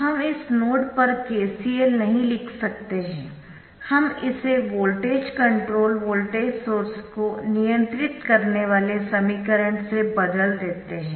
हम इस नोड पर KCL नहीं लिख सकते है हम इसे वोल्टेज कंट्रोल्ड वोल्टेज सोर्स को नियंत्रित करने वाले समीकरण से बदल देते है